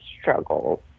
struggles